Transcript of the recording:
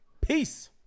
Peace